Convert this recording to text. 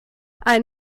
ein